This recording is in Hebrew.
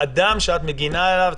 ואשתו חולה קשה,